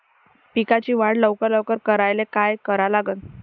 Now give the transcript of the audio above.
पिकाची वाढ लवकर करायले काय करा लागन?